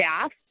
staff